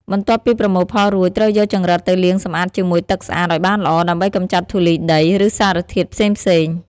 បន្ទាប់ពីប្រមូលផលរួច ត្រូវយកចង្រិតទៅលាងសម្អាតជាមួយទឹកស្អាតឲ្យបានល្អ ដើម្បីកម្ចាត់ធូលីដី ឬសារធាតុផ្សេងៗ។